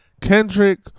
Kendrick